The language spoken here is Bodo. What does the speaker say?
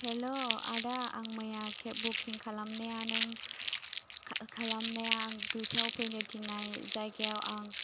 हेल' आदा आं मैया केब बुकिं खालामनाया नों खालामनाया आं दुइथायाव फैनो थिननाय जायगायाव आं